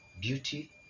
beauty